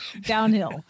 downhill